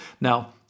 Now